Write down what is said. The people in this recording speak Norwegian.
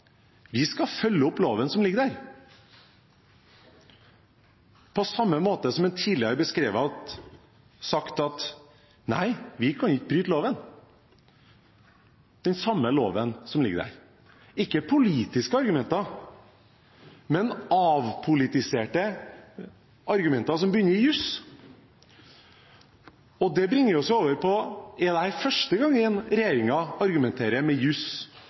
vi skal følge opp loven som ligger der – på samme måte som han tidligere har sagt at nei, vi kan ikke bryte loven. Og det er den samme loven som ligger der. Det er ingen politiske argumenter, men avpolitiserte argumenter som bunner i jus. Det bringer oss over på om det er første gang regjeringen argumenterer med